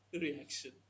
reaction